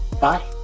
bye